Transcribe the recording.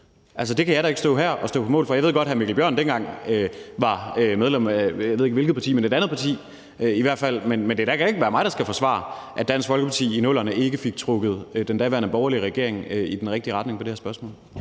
det kan jeg da ikke stå her og stå på mål for. Jeg ved godt, at hr. Mikkel Bjørn dengang var medlem af, jeg ved ikke hvilket parti, men i hvert fald et andet parti. Men det kan da ikke være mig, der skal forsvare, at Dansk Folkeparti i 00'erne ikke fik trukket den daværende borgerlige regering i den rigtige retning, hvad angår det her spørgsmål.